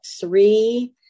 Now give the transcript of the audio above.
three